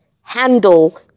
Handle